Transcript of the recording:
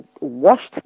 washed